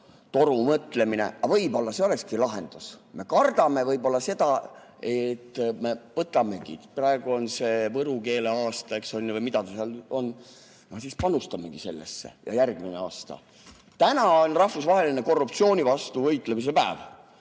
torumõtlemine – aga võib-olla see olekski lahendus. Me kardame võib-olla seda, et võtamegi. Kui praegu on see võru keele aasta, eks ole, või midagi seal on, no siis panustamegi sellesse. Ja järgmine aasta. Täna on rahvusvaheline korruptsiooni vastu võitlemise päev.